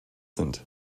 sind